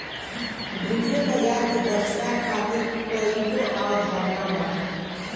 वित्तीय बाजार के दक्षता खातिर कईगो अवधारणा बा